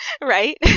right